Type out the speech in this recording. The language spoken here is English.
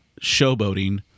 showboating